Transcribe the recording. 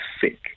sick